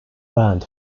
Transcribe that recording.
band